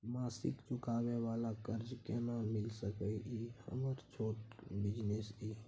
मासिक चुकाबै वाला कर्ज केना मिल सकै इ हमर छोट बिजनेस इ?